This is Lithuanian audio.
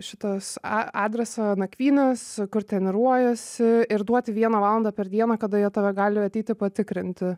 šitas a adresą nakvynės kur treniruojuosi ir duoti vieną valandą per dieną kada jie tave gali ateiti patikrinti